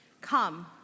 come